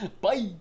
Bye